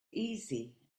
easy